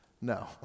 no